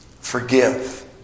forgive